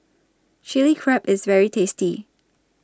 Chilli Crab IS very tasty